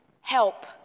help